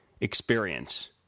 experience